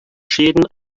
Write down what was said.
schäden